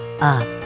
up